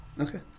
Okay